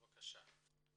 בבקשה.